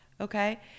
Okay